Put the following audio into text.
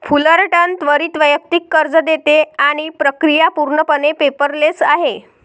Fullerton त्वरित वैयक्तिक कर्ज देते आणि प्रक्रिया पूर्णपणे पेपरलेस आहे